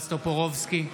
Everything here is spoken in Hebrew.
טופורובסקי,